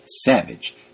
savage